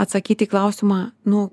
atsakyti į klausimą nu